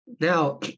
Now